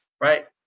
right